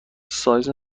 سایز